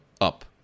up